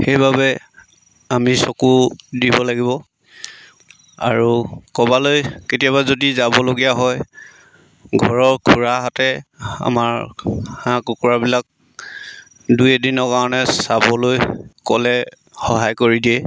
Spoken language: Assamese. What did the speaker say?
সেইবাবে আমি চকু দিব লাগিব আৰু ক'ৰবালৈ কেতিয়াবা যদি যাবলগীয়া হয় ঘৰৰ খুৰাহতে আমাৰ হাঁহ কুকুৰাবিলাক দুই এদিনৰ কাৰণে চাবলৈ ক'লে সহায় কৰি দিয়ে